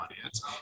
audience